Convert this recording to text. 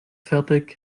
fertig